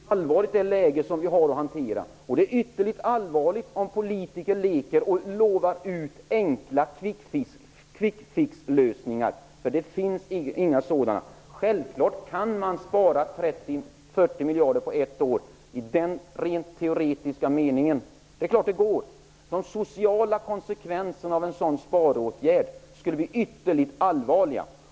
Herr talman! Det läge vi har att hantera är ytterligt allvarligt. Det är ytterligt allvarligt om politiker leker och lovar ut enkla kvickfix-lösningar. Det finns inga sådana. Man kan självfallet spara 30-40 miljarder på ett år, rent teoretiskt. Det är klart att det går. De sociala konsekvenserna av en sådan sparåtgärd skulle bli ytterligt allvarliga.